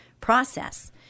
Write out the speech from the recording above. process